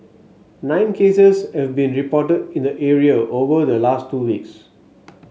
nine cases have been reported in the area over the last two weeks